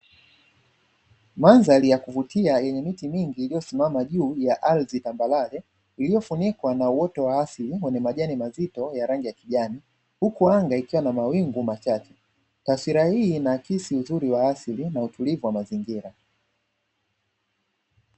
Mandhari ya kuvutia yenye miti mingi iliyosimama juu ya ardhi iliyo tambarare, iliyofunikwa na uoto wa asili wenye majani mazito ya rangi ya kijani huku anga likiwa na mawingu machache. Taswira hii inaakisi uzuri wa asili na utulivu wa mazingira.